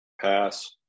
Pass